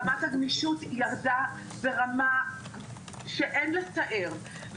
רמת הגמישות ירדה ברמה שאין לתאר.